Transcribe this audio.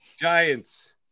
Giants